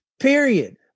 period